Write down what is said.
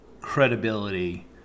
credibility